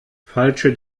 falsche